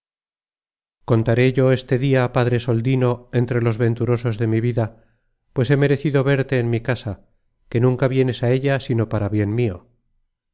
contaré yo este dia padre soldino entre los venturosos de mi vida pues he merecido verte en mi casa que nunca vienes á ella sino para bien mio